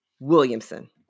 Williamson